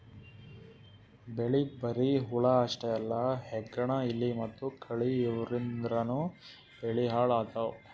ಬೆಳಿಗ್ ಬರಿ ಹುಳ ಅಷ್ಟೇ ಅಲ್ಲ ಹೆಗ್ಗಣ, ಇಲಿ ಮತ್ತ್ ಕಳಿ ಇವದ್ರಿಂದನೂ ಬೆಳಿ ಹಾಳ್ ಆತವ್